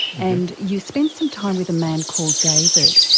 and you spent some time with a man called david.